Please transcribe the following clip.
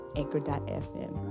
anchor.fm